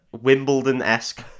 Wimbledon-esque